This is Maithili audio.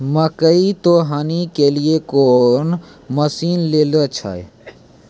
मकई तो हनी के लिए कौन मसीन ले लो जाए?